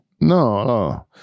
No